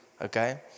Okay